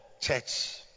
church